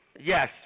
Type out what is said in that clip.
Yes